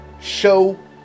show